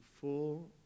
full